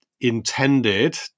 intended